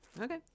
Okay